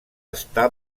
està